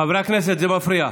חברי הכנסת, זה מפריע.